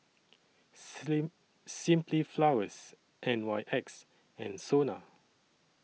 Sing Simply Flowers N Y X and Sona